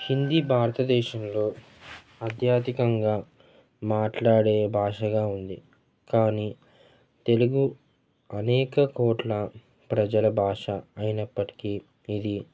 హిందీ భారతదేశంలో అధ్యాధికంగా మాట్లాడే భాషగా ఉంది కానీ తెలుగు అనేక కోట్ల ప్రజల భాష అయినప్పటికీ ఇది